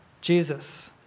Jesus